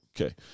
Okay